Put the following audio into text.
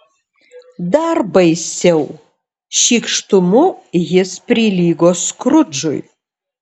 dar baisiau šykštumu jis prilygo skrudžui